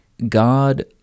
God